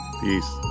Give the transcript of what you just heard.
Peace